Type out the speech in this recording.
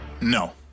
No